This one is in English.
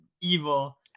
evil